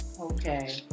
Okay